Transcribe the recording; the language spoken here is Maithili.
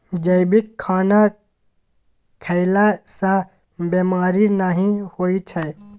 जैविक खाना खएला सँ बेमारी नहि होइ छै